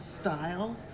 style